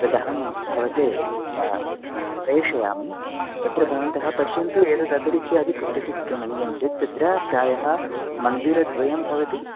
तदहं भवते प्रेषयामि तत्र भवन्तः पश्यन्तु एतदतिरिच्यपि कुत्रचित् गमनीयं चेत् तत्र प्रायः मन्दिरद्वयं भवति